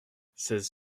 seize